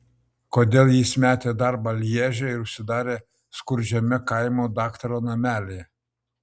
kodėl jis metė darbą lježe ir užsidarė skurdžiame kaimo daktaro namelyje